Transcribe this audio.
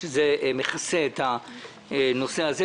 שזה מכסה את הנושא הזה.